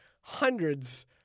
hundreds